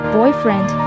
boyfriend